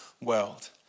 world